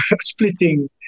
splitting